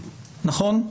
נכון?